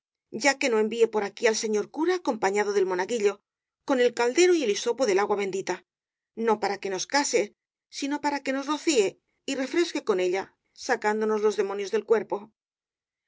ya que no envíe por aquí al señor cura acompañado del monaguillo con el caldero y el hisopo del agua bendita no para que nos case sino para que nos rocíe y refresque con ella sacándonos los demo nios del cuerpo